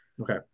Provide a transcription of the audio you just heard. Okay